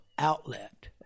outlet